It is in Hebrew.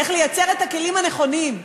איך לייצר את הכלים הנכונים.